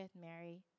Mary